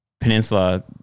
peninsula